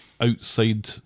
outside